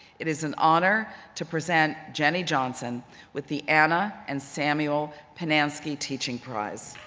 it is an honor to present jenny johnson with the anna and samuel pinanski teaching prize.